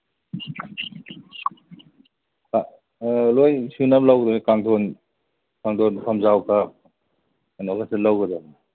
ꯑꯥ ꯂꯣꯏꯅ ꯁꯨꯅꯕ ꯂꯧꯗꯣꯏꯅꯤ ꯀꯥꯡꯗꯣꯟ ꯀꯥꯡꯗꯣꯟ ꯐꯝꯖꯥꯎꯒ ꯀꯩꯅꯣꯒꯁꯨ ꯂꯧꯒꯗꯕꯅꯤ